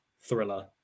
thriller